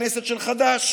חברי הכנסת של חד"ש.